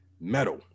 metal